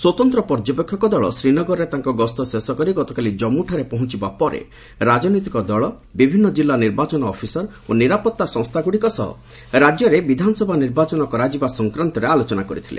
ସ୍ୱତନ୍ତ୍ର ପର୍ଯ୍ୟବେକ୍ଷକ ଦଳ ଶ୍ରୀନଗରରେ ତାଙ୍କର ଗସ୍ତ ଶେଷ କରି ଗତକାଲି ଜମ୍ମଠାରେ ପହଞ୍ଚବା ପରେ ରାଜନୈତିକ ଦଳ ବିଭିନ୍ନ କିଲ୍ଲା ନିର୍ବାଚନ ଅଫିସର ଓ ନିରାପତ୍ତା ସଂସ୍ଥାଗୁଡ଼ିକ ସହ ରାକ୍ୟରେ ବିଧାନସଭା ନିର୍ବାଚନ କରାଯିବା ସଂକ୍ରାନ୍ତରେ ଆଲୋଚନା କରିଥିଲେ